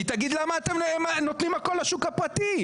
היא תגיד למה אתם נותנים מקום לשוק הפרטי.